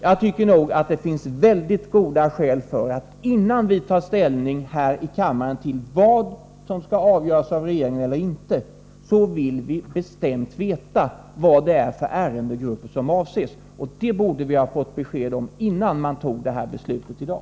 Jag tycker nog att det finns väldigt goda skäl för att säga att innan vi här i kammaren tar ställning till vad som skall avgöras av regeringen eller inte, så vill vi bestämt veta vad det är för ärendegrupper som avses. Och det borde vi ha fått besked om innan man fattade det här beslutet i dag.